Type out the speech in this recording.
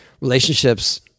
relationships